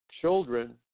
children